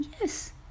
yes